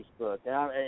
Facebook